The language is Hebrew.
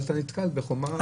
אז אתה נתקל בחומה בצורה.